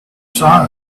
side